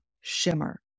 shimmer